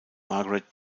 margaret